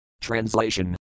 Translation